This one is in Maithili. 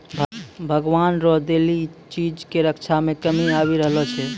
भगवान रो देलो चीज के रक्षा मे कमी आबी रहलो छै